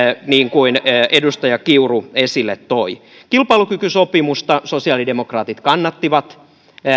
niin kuin edustaja kiuru esille toi kilpailukykysopimusta sosiaalidemokraatit kannattivat